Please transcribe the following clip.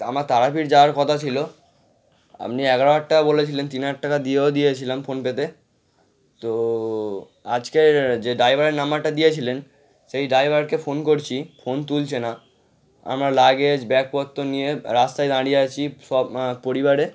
আমার তারাপীঠ যাওয়ার কথা ছিলো আপনি এগারো হাজার টাকা বলেছিলেন তিন হাজার টাকা দিয়েও দিয়েছিলাম ফোনপেতে তো আজকের যে ড্রাইভারের নাম্বারটা দিয়েছিলেন সেই ড্রাইভারকে ফোন করছি ফোন তুলছে না আমরা লাগেজ ব্যাগপত্র নিয়ে রাস্তায় দাঁড়িয়ে আছি সব পরিবারে